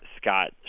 Scott